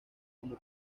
como